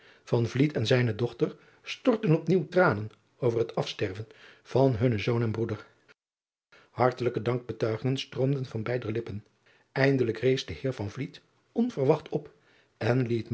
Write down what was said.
en zijne dochter stortten op nieuw tranen over het afsterven van hunnen zoon en broeder artelijke dankbetuigingen stroomden van beider lippen indelijk rees de eer onverwacht op en